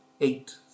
eight